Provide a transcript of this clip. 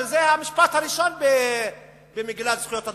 שזה המשפט הראשון במגילת זכויות אדם.